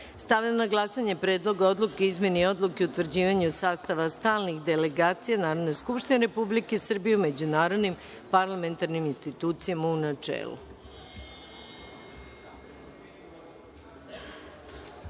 odluke. Stavljam na glasanje Predlog odluke o izmeni Odluke o utvrđivanju sastava Stalnih delegacija Narodne skupštine Republike Srbije u međunarodnim parlamentarnim institucijama, u